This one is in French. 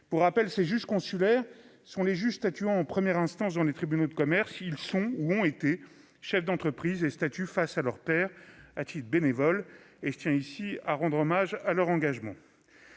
Pour rappel, ces juges consulaires sont les juges statuant en première instance dans les tribunaux de commerce. Ils sont, ou ont été, chefs d'entreprise et statuent face à leurs pairs à titre bénévole, et je tiens ici à rendre hommage à leur engagement.